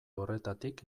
horretatik